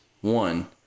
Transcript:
one